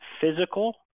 physical